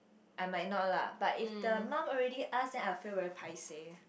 I might not lah but if the mum already ask then I will feel very paiseh